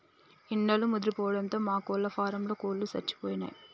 ఎండలు ముదిరిపోవడంతో మా కోళ్ళ ఫారంలో కోళ్ళు సచ్చిపోయినయ్